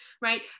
right